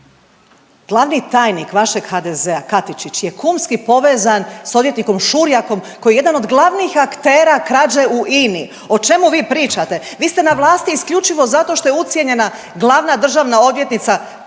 Glavni tajnik vašeg HDZ-a Katičić je kumski povezan s odvjetnikom Šurjakom koji je jedan od glavnih aktera krađe u INA-i. O čemu vi pričate? Vi ste na vlasti isključivo zato što je ucijenjena glavna državna odvjetnica, kakti